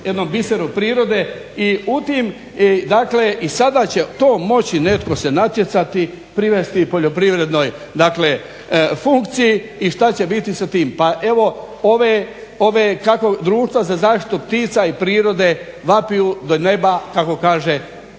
I u tim, i dakle i sada će to moći netko se natjecati privesti poljoprivrednoj funkciji i šta će biti sa tim, pa evo ove kako društva za zaštitu ptica i prirode vapiju do neba kako kaže